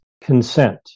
consent